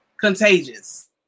contagious